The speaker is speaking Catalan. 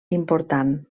important